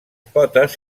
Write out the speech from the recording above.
potes